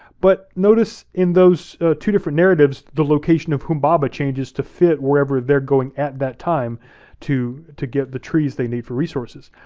but notice in those two different narratives the location of humbaba changes to fit wherever they're going at that time to get the trees they need for resources.